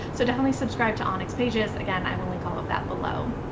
so definitely subscribe to onyx pages. again i will link all of that below.